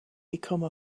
become